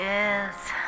Yes